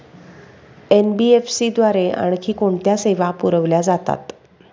NBFC द्वारे आणखी कोणत्या सेवा पुरविल्या जातात?